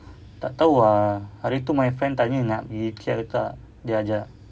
tak tahu ah hari tu my friend tanya nak pergi ikea ke tak dia ajak